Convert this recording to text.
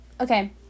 okay